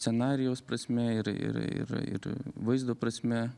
scenarijaus prasme ir ir ir ir vaizdo prasme